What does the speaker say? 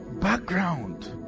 background